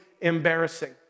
embarrassing